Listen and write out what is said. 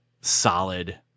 solid